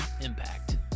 impact